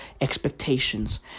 expectations